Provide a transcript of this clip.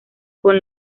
con